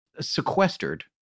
sequestered